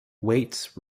weights